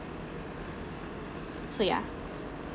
so yeah